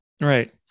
right